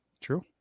True